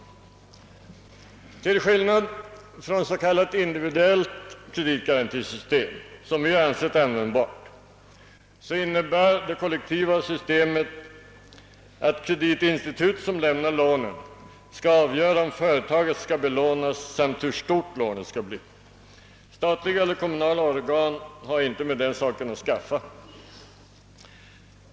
Till skillnad från s.k. individuellt kreditgarantisystem, som vi har ansett användbart, innebär ett kollektivt system, att kreditinstitut som lämnar lånen skall avgöra om företaget skall belånas samt hur stort lånet skall bli. Statliga eller kommunala organ har inte med den saken att skaffa.